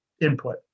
input